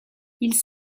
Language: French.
ils